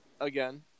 again